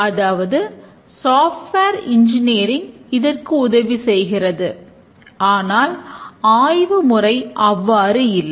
அதாவது software engineering இதற்க்கு உதவி செய்கிறது ஆனால் ஆய்வு முறை அவ்வாறு இல்லை